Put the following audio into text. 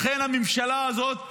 לכן הממשלה הזאת,